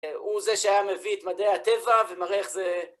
הוא זה שהיה מביא את מדעי הטבע ומראה איך זה...